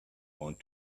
want